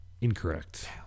Incorrect